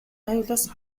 аюулаас